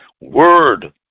Word